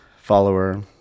follower